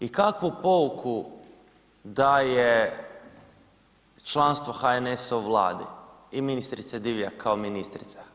I kakvu pouku daje članstvo HNS-a u Vladi i ministrice Divjak kao ministrice?